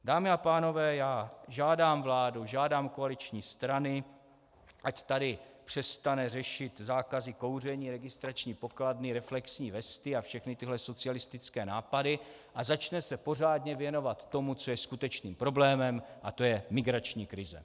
Dámy a pánové, já žádám vládu, žádám koaliční strany, ať tady přestanou řešit zákazy kouření, registrační pokladny, reflexní vesty a všechny tyhle socialistické nápady a začnou se pořádně věnovat tomu, co je skutečným problémem a to je migrační krize.